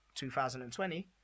2020